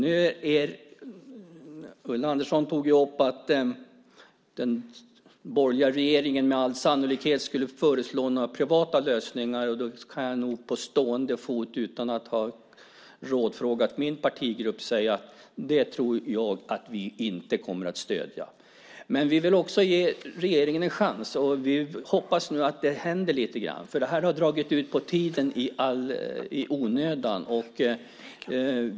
Ulla Andersson tog upp att regeringen med all sannolikhet skulle föreslå privata lösningar. Då kan jag nog på stående fot, utan att ha rådfrågat min partigrupp, säga att det tror jag att vi inte kommer att stödja. Men vi vill också ge regeringen en chans. Vi hoppas nu att det händer lite grann. Det här har dragit ut på tiden i onödan.